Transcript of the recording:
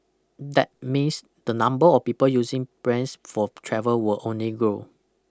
that means the number of people using planes for travel will only grow